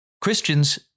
Christians